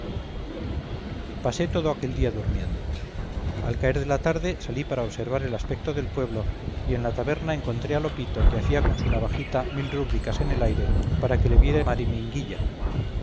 pasé todo aquel día durmiendo al caer de la tarde salí para observar el aspecto del pueblo y en la taberna encontré a lopito que hacía con su navajita mil rúbricas en el aire para que le viera